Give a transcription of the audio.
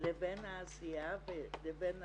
לבין העשייה לבין השטח.